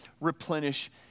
replenish